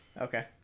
okay